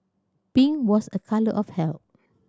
pink was a colour of health